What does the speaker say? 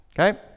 Okay